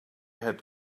had